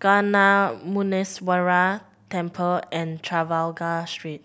Gnanamuneeswarar Temple and Trafalgar Street